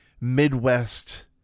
Midwest